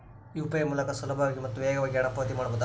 UPI ಮೂಲಕ ಸುಲಭವಾಗಿ ಮತ್ತು ವೇಗವಾಗಿ ಹಣ ಪಾವತಿ ಮಾಡಬಹುದಾ?